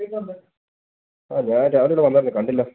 ആ ഞാൻ രാവിലെ അവിടെ വന്നായിരുന്നു കണ്ടില്ല